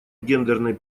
гендерной